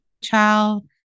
child